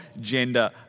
gender